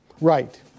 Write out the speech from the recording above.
Right